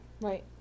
Right